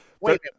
wait